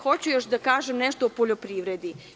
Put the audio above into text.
Hoću još da kažem nešto o poljoprivredi.